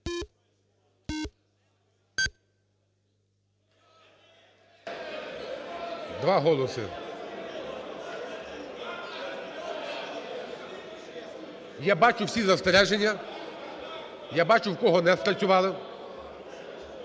Два голоси. Я бачу всі застереження, я бачу, в кого не спрацювало,